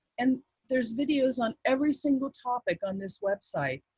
and there's videos on every single topic on this website,